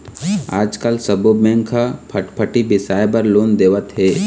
आजकाल सब्बो बेंक ह फटफटी बिसाए बर लोन देवत हे